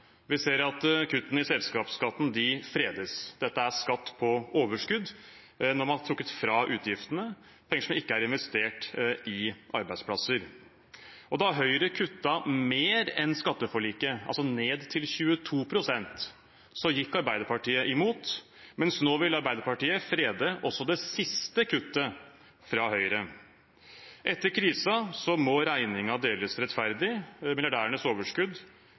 Vi ser at kuttene i selskapsskatten fredes. Dette er skatt på overskudd når man har trukket fra utgiftene, penger som ikke er investert i arbeidsplasser. Da Høyre kuttet mer enn skatteforliket, altså ned til 22 pst., gikk Arbeiderpartiet imot, men nå vil Arbeiderpartiet frede også det siste kuttet fra Høyre. Etter krisen må regningen deles rettferdig. Milliardærenes overskudd kan ikke fredes. Er Støre med